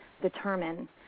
determine